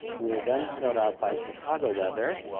we were then snowed out by chicago weather.